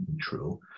true